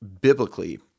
biblically